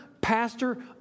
pastor